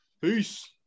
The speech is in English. Peace